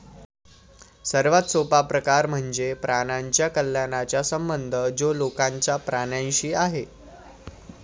सर्वात सोपा प्रकार म्हणजे प्राण्यांच्या कल्याणाचा संबंध जो लोकांचा प्राण्यांशी आहे